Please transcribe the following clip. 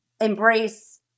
embrace